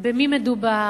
במי מדובר,